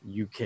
UK